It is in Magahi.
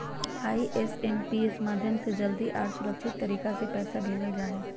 आई.एम.पी.एस माध्यम से जल्दी आर सुरक्षित तरीका से पैसा भेजल जा हय